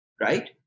Right